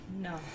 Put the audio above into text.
No